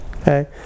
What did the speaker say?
okay